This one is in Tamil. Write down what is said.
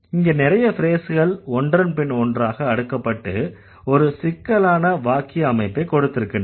இங்க நிறைய ஃப்ரேஸ்கள் ஒன்றன் பின் ஒன்றாக அடுக்கப்பட்டு ஒரு சிக்கலான வாக்கிய அமைப்பைக் கொடுத்திருக்கின்றன